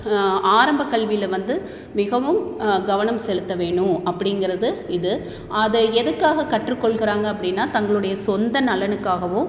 ஆரம்பக் கல்வியில் வந்து மிகவும் கவனம் செலுத்த வேணும் அப்டிங்கிறது இது அதை எதுக்காக கற்றுக்கொள்கிறாங்க அப்படின்னா தங்களுடைய சொந்த நலனுக்காகவும்